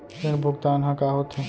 ऋण भुगतान ह का होथे?